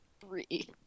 Three